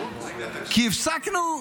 כי הפסקנו,